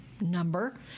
number